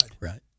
Right